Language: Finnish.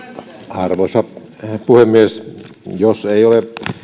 arvoisa puhemies jos ei ole